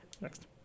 Next